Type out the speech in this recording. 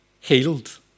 healed